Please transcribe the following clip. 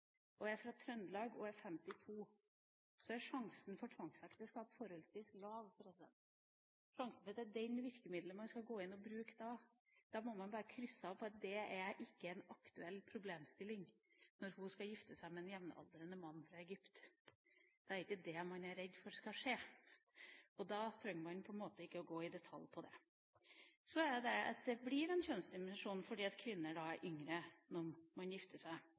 er sjansen for tvangsekteskap – og at det er det virkemidlet man da skal gå inn og bruke – forholdsvis liten. Når hun skal gifte seg med en jevnaldrende mann fra Egypt, må man bare krysse av på at tvangsekteskap ikke er en aktuell problemstilling. Det er ikke det man er redd for skal skje, og da trenger man på en måte ikke å gå i detalj på det. Så er det slik at det blir en kjønnsdimensjon fordi kvinner er yngre når de gifter seg.